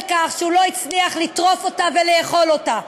כך שהוא לא הצליח לטרוף אותה ולאכול אותה.